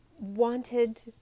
wanted